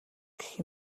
гэх